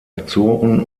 azoren